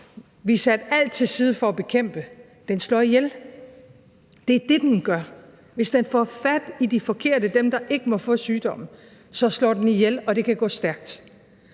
vi satte alt til side for at bekæmpe, slår ihjel. Det er det, den gør. Hvis den får fat i de forkerte, dem, der ikke må få sygdommen, så slår den ihjel, og det kan gå stærkt.